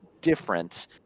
different